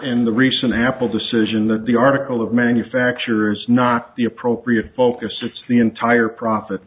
and the recent apple decision that the article of manufacture is not the appropriate focus of the entire profit